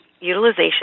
utilization